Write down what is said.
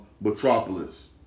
Metropolis